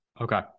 Okay